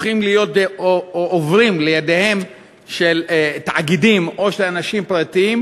עוברים לידיהם של תאגידים או של אנשים פרטיים,